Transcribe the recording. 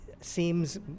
seems